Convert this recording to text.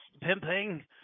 pimping